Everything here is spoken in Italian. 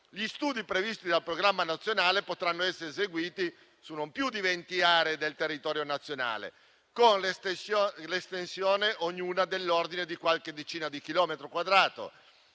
gli studi previsti dal programma nazionale potranno essere eseguiti su non più di venti aree del territorio nazionale, con l'estensione ognuna dell'ordine di qualche decina di chilometri quadrati.